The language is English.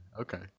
okay